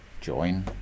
join